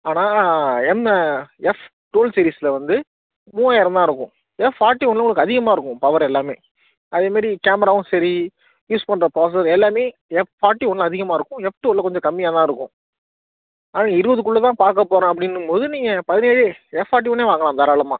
ஆனால் M F twelve சீரிஸ்ல வந்து மூவாயிரம் தான் இருக்கும் எஃப் ஃபார்ட்டி ஒன்றில் உங்களுக்கு அதிகமாக இருக்கும் பவர் எல்லாமே அதே மாதிரி கேமராவும் சரி யூஸ் பண்ற ப்ராசஸர் எல்லாமே எஃப் ஃபார்ட்டி ஒன்னில் அதிகமாக இருக்கும் எஃப் டுவெல் கொஞ்சம் கம்மியாகதான் இருக்கும் ஆனால் இருபதுக்குள்ளதான் பார்க்கப் போறேன் அப்படின்னும்போது நீங்கள் பதினேழு எஃப் ஃபார்ட்டி ஒன்றே வாங்கலாம் தாராளமாக